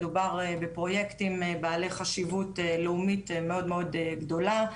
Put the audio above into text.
מדובר בפרוייקטים בעלי חשיבות לאומית מאוד מאוד גדולה.